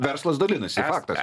verslas dalinasi faktas